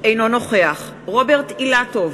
אינו נוכח רוברט אילטוב,